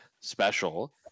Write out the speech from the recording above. special